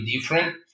different